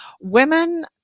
Women